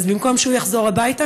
אז במקום שהוא יחזור הביתה,